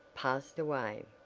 passed away.